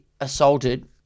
assaulted